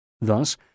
Thus